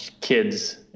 kids